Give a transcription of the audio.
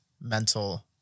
mental